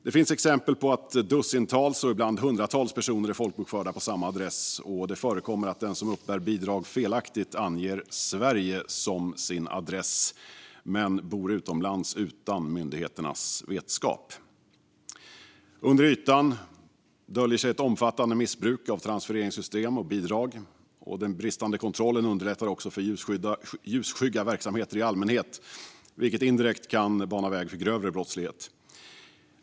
Det finns exempel på att dussintals och ibland hundratals personer är folkbokförda på samma adress. Det förekommer att den som uppbär bidrag felaktigt anger Sverige som sin adress men bor utomlands utan myndigheternas vetskap. Under ytan döljer sig ett omfattande missbruk av transfereringssystem och bidrag. Den bristande kontrollen underlättar också för ljusskygga verksamheter i allmänhet, vilket indirekt kan bana väg för grövre brottslighet.